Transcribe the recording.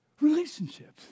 Relationships